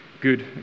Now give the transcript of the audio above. good